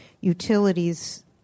utilities